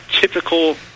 typical